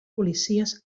policies